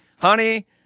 honey